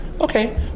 okay